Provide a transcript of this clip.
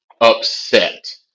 upset